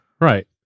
right